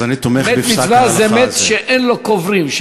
מת מצווה זה מת שאין לו קוברים.